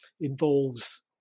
involves